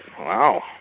Wow